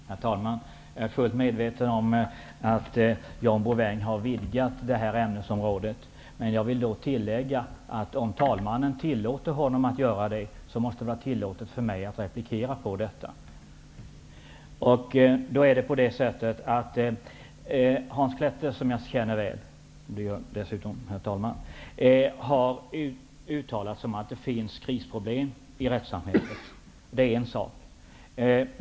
Herr talman! Jag är fullt medveten om att John Bouvin har vidgat detta ämnesområde. Men jag vill tillägga att det, om talmannen tillåter honom att göra det, måste vara tillåtet för mig att replikera på detta. Hans Klette, som jag dessutom känner väl, har uttalat att det finns krisproblem i rättssamhället. Det är en sak.